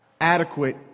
adequate